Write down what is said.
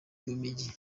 mijyi